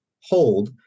hold